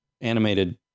animated